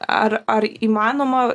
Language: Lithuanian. ar ar įmanoma